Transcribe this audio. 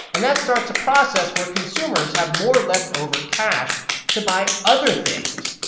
and that starts a process where consumers have more leftover cash to buy other things.